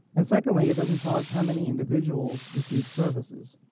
and secondly, it doesn't tell us how many individuals received services.